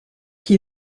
qui